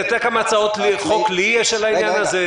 אתה יודע כמה הצעות חוק יש לי על העניין הזה?